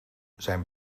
zijn